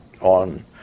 on